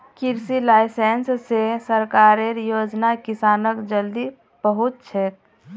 कृषि लाइसेंस स सरकारेर योजना किसानक जल्दी पहुंचछेक